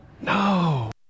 No